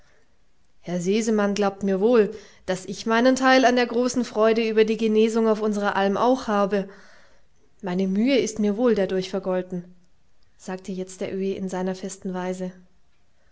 herr sesemann glaubt mir wohl daß ich meinen teil an der großen freude über die genesung auf unserer alm auch habe meine mühe ist mir wohl dadurch vergolten sagte jetzt der öhi in seiner festen weise